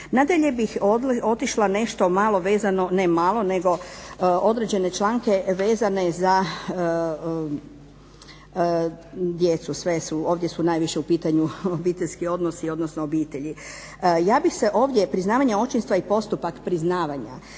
Nadalje bih otišla nešto malo vezano, ne malo nego određene članke vezane za djecu. Ovdje su najviše u pitanju obiteljski odnosi odnosno obitelji. Ja bih se ovdje priznavanje očinstva i postupak priznavanja,